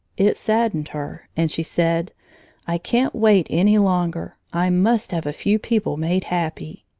it saddened her, and she said i can't wait any longer. i must have a few people made happy.